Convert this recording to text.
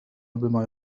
بما